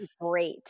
great